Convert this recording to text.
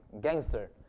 gangster